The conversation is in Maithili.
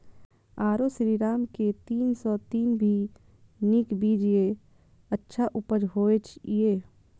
आरो श्रीराम के तीन सौ तीन भी नीक बीज ये अच्छा उपज होय इय?